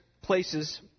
places